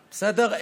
בסדר?